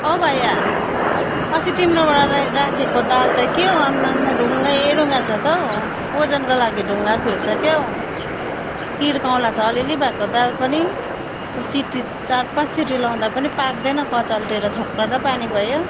औ भैया अस्ति तिम्रोबाट ल राखेको दाल त के हो आम्मामा ढुङ्गै ढुङ्गा छ त हौ ओजनको लागि ढुङ्गा फिट्छ क्याउ किरकौँलो छ अलिअलि भएको दाल पनि सिटी चार पाँच सिटी लगाउँदा पनि पाक्दैन कचल्टिएर छोक्रा र पानी भयो